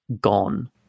gone